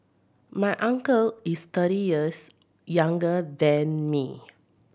my uncle is thirty years younger than me